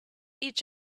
each